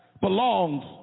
belongs